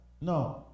no